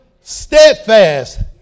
steadfast